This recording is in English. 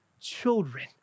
children